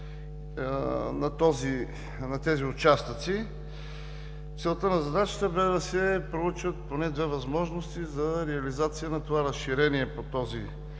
на Г-20. Целта на задачата бе да се проучат поне две възможности за реализация на такова разширение по този